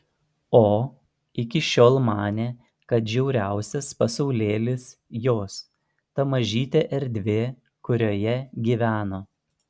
o iki šiol manė kad žiauriausias pasaulėlis jos ta mažytė erdvė kurioje gyveno